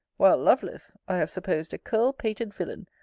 while lovelace i have supposed a curl-pated villain,